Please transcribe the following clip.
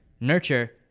Nurture